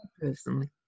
personally